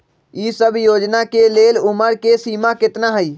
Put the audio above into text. ई सब योजना के लेल उमर के सीमा केतना हई?